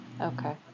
okay